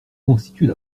constituent